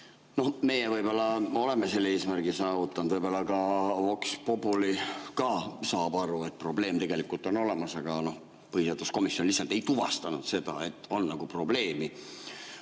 Meie võib-olla oleme selle eesmärgi saavutanud, võib-ollavox populika saab aru, et probleem on olemas, aga põhiseaduskomisjon lihtsalt ei tuvastanud seda, et on probleemi.